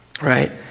right